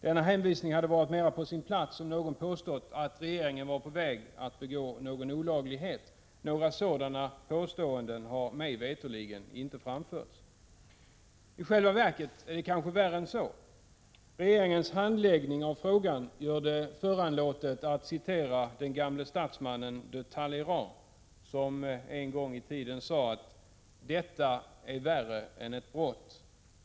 Denna hänvisning hade varit mera på sin plats om någon påstått att regeringen var på väg att begå olagligheter. Några sådana påståenden har dock, mig veterligen, inte framförts. I själva verket är det kanske värre än så. Regeringens handläggning av frågan gör att jag ser mig föranlåten att citera den gamle statsmannen Talleyrand, som en gång i tiden sade: ”Detta är värre än ett brott.